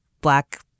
black